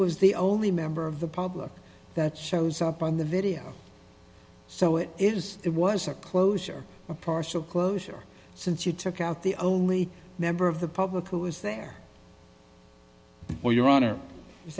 was the only member of the public that shows up on the video so it is it was a closure or partial closure since you took out the only member of the public who is there or your honor is